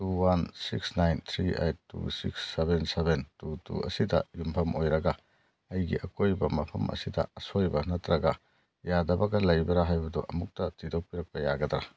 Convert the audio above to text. two one six nine three eight two six seven seven two two ꯑꯁꯤꯗ ꯌꯨꯝꯐꯝ ꯑꯣꯏꯔꯒ ꯑꯩꯒꯤ ꯑꯀꯣꯏꯕ ꯃꯐꯝ ꯑꯁꯤꯗ ꯑꯁꯣꯏꯕ ꯅꯠꯇ꯭ꯔꯒ ꯌꯥꯗꯕꯒ ꯂꯩꯕ꯭ꯔꯥ ꯍꯥꯏꯕꯗꯨ ꯑꯃꯨꯛꯇ ꯊꯤꯗꯣꯛꯄꯤꯔꯛꯄ ꯌꯥꯒꯗ꯭ꯔꯥ